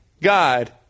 God